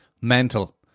mental